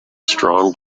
strong